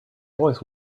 always